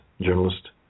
journalist